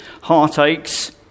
heartaches